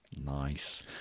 nice